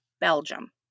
Belgium